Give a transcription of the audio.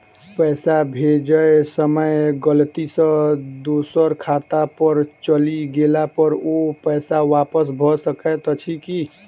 पैसा भेजय समय गलती सँ दोसर खाता पर चलि गेला पर ओ पैसा वापस भऽ सकैत अछि की?